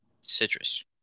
citrus